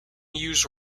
use